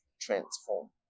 transform